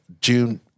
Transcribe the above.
june